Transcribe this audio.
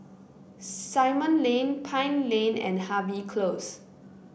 Simon Lane Pine Lane and Harvey Close